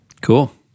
Cool